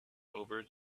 over